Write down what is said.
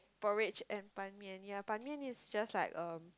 porridge and Ban-Mian ya Ban-Mian is just like um